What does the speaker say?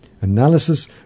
Analysis